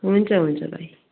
हुन्छ हुन्छ भाइ